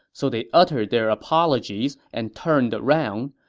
so they uttered their apologies and turned around,